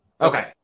Okay